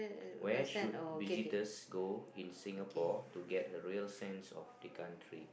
where should visitors go in singapore to get a real scene of the country